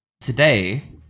Today